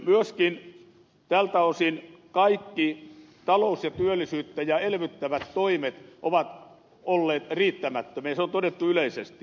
myöskin tältä osin kaikki taloutta ja työllisyyttä elvyttävät toimet ovat olleet riittämättömiä se on todettu yleisesti